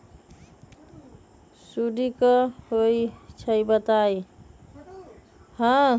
सुडी क होई छई बताई?